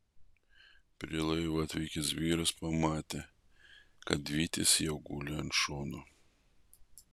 prie laivo atvykęs vyras pamatė kad vytis jau guli ant šono